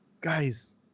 Guys